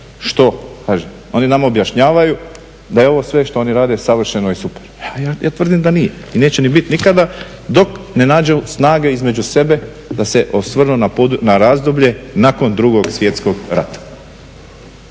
oni nama objašnjavaju da je ovo sve što oni rade savršeno i super. Ja tvrdim da nije i neće ni bit nikada, dok ne nađu snage između sebe da se osvrnu na razdoblje nakon Drugog svjetskog rata.